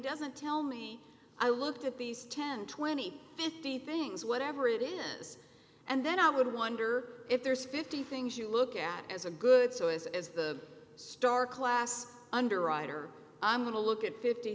doesn't tell me i looked at these ten twenty fifty things whatever it is and then i would wonder if there's fifty things you look at as a good so is as the star class underwriter i'm going to look at fifty